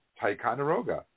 ticonderoga